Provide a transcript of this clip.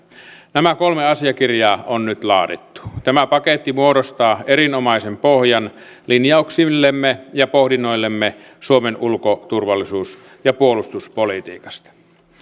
nämä kolme asiakirjaa on nyt laadittu tämä paketti muodostaa erinomaisen pohjan linjauksillemme ja pohdinnoillemme suomen ulko turvallisuus ja puolustuspolitiikasta